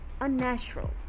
unnatural